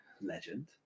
Legend